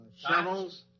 shovels